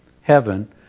heaven